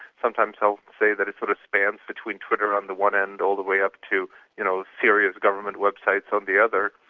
so say that it sort of spans between twitter on the one end all the way up to you know serious government websites on the other.